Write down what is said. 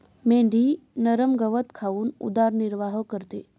मेंढी नरम गवत खाऊन उदरनिर्वाह करते